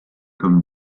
comme